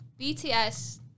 BTS